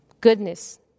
Goodness